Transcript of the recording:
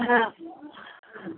हाँ हाँ